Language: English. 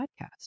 podcast